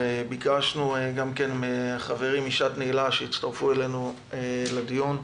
ביקשנו גם מחברים מ"שעת נעילה" שיצטרפו אלינו לדיון.